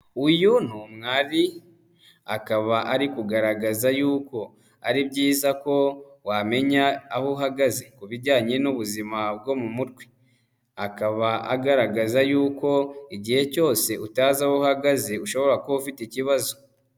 Uyu ni umwari, akaba ari kugaragaza yuko ari byiza ko wamenya aho uhagaze ku bijyanye n'ubuzima bwo mu mutwe, akaba agaragaza yuko igihe cyose utazi aho uhagaze ushobora kuba ufite ikibazo.